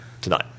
tonight